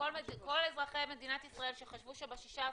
וכל אזרחי מדינת ישראל שחשבו שב-16 לחודש,